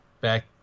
back